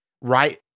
right